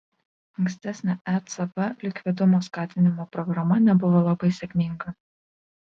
ankstesnė ecb likvidumo skatinimo programa nebuvo labai sėkminga